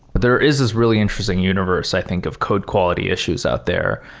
there is this really interesting universe i think of code quality issues out there.